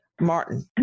Martin